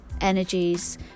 energies